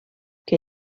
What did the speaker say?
què